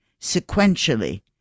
sequentially